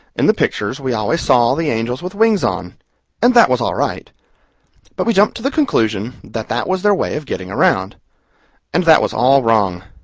in the pictures we always saw the angels with wings on and that was all right but we jumped to the conclusion that that was their way of getting around and that was all wrong.